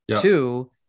Two